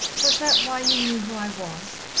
was that why you knew who i was?